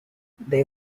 they